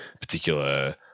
particular